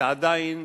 זה עדיין